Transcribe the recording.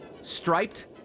Striped